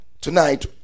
Tonight